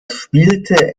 spielte